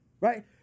right